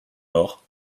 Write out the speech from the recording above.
mort